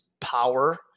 power